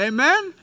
Amen